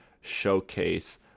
showcase